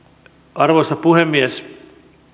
arvoisa puhemies